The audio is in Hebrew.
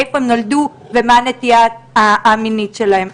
איפה הם נולדו ומה הנטייה המינית שלהם.